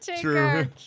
True